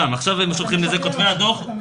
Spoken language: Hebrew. אתה משקר.